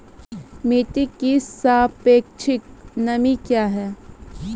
मिटी की सापेक्षिक नमी कया हैं?